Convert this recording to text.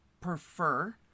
prefer